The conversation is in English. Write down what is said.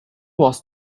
was